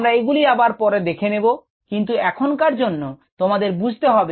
আমরা এগুলি আবার পরে দেখে নেব কিন্ত এখনকার জন্য তোমাদের বুঝতে হবে